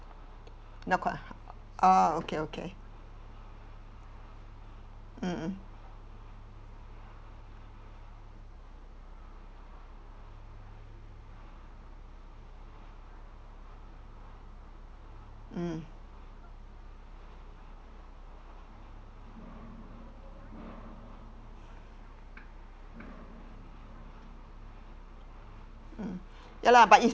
not quite oh okay okay mm mm mm mm ya lah but if